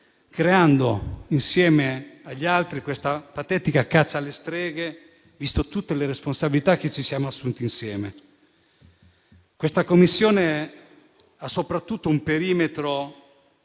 creando insieme agli altri in questa patetica caccia alle streghe, viste tutte le responsabilità che ci siamo assunti insieme. Questa Commissione ha soprattutto un perimetro